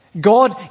God